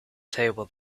table